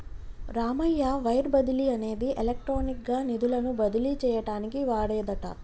Ramayya wire బదిలీ అనేది electronic గా నిధులను బదిలీ చేయటానికి వాడేదట